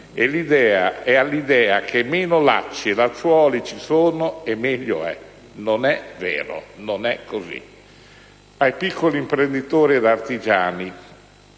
sicurezza e all'idea che meno lacci e laccioli ci sono e meglio è. Non è vero, non è così. Ai piccoli imprenditori ed artigiani